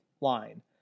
line